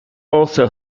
also